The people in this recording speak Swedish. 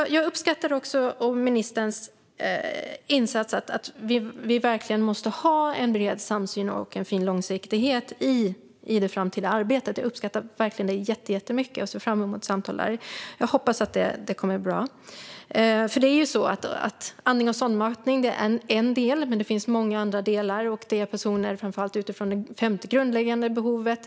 Jag uppskattar verkligen ministerns inställning att vi måste ha en bred samsyn och långsiktighet i det framtida arbetet, och jag ser fram emot samtal om detta och hoppas att det kommer att bli bra. Andning och sondmatning är en del, men det finns många andra delar. Det handlar framför allt om det femte grundläggande behovet.